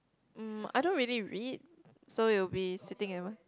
mm I don't really read so it will be sitting in